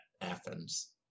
Athens